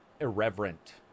irreverent